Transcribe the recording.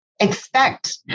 expect